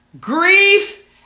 grief